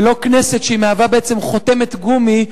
ולא כנסת שמהווה בעצם חותמת גומי,